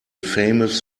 famous